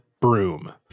broom